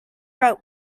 route